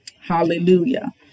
Hallelujah